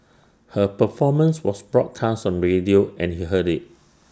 her performance was broadcast on radio and he heard IT